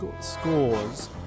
Scores